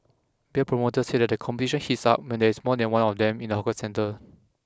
beer promoters say that the competition heats up when there is more than one of them in the hawker centre